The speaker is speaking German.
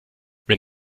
wenn